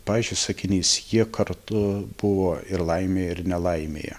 pavyzdžiui sakinys jie kartu buvo ir laimėj ir nelaimėje